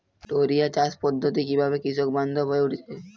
টোরিয়া চাষ পদ্ধতি কিভাবে কৃষকবান্ধব হয়ে উঠেছে?